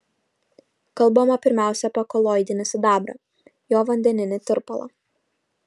kalbama pirmiausia apie koloidinį sidabrą jo vandeninį tirpalą